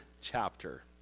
chapter